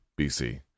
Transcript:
BC